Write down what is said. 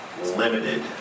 limited